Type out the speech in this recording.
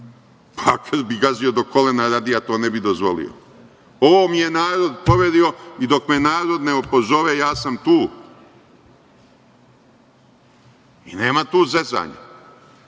pa krv bi gazio do kolena radije, a to ne bi dozvolio. Ovo mi je narod poverio i dok me narod ne opozove ja sam tu i nema tu zezanja. Jesam